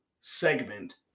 segment